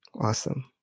Awesome